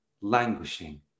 languishing